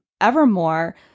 Evermore